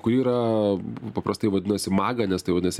kuri yra paprastai vadinasi maga nes tai vadinasi